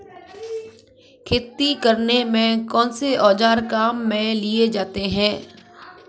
खेती करने में कौनसे औज़ार काम में लिए जाते हैं?